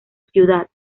ciudad